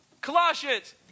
Colossians